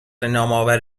نامآور